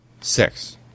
Six